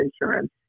insurance